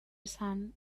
esan